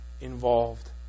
involved